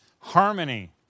harmony